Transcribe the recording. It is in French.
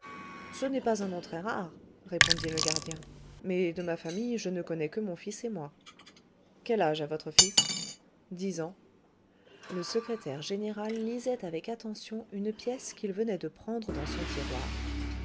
ce n'est pas un nom très rare répondit le gardien mais de ma famille je ne connais que mon fils et moi quel âge a votre fils dix ans le secrétaire général lisait avec attention une pièce qu'il venait de prendre dans son tiroir